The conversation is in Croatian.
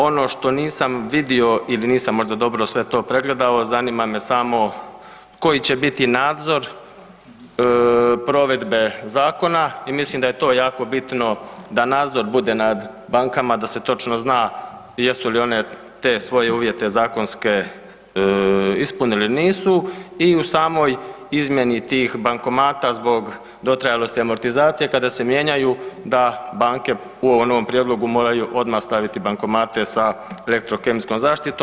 Ono što nisam vidio ili nisam možda dobro sve to pregledao, zanima me samo koji će biti nadzor provedbe zakona i mislim da je to jako bitno da nadzor bude nad bankama da se točno zna jesu li one te svoje uvjete zakonske ispunili, nisu i u samoj izmjeni tih bankomata zbog dotrajalosti amortizacije, kada se mijenjaju da banke u ovom novom prijedlogu moraju odmah staviti bankomate sa elektrokemijskom zaštitom.